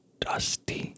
Dusty